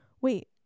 wait